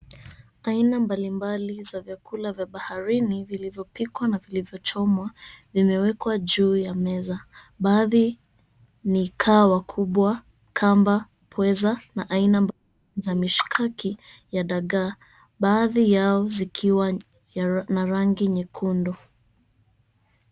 Aina mbalimbali za vyakula vya baharini vilivyopikwa na vilivyochomwa vimewekwa juu ya meza. Baadhi ni kaa wakubwa, kamba, pweza na aina mbalimbali ya mishkaki ya dagaa. Baadhi yao zikiwa na rangi nyekundu.